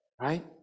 right